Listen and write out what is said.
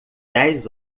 dez